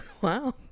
Wow